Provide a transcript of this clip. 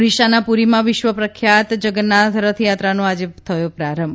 ઓડિશાના પુરીમાં વિશ્વ પ્રખ્યાત જગન્નાથ રથયાત્રાનો આજે થયો પ્રારંભ